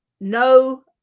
no